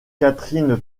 catherine